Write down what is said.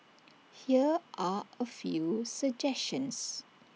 here are A few suggestions